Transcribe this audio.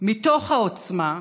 מתוך העוצמה,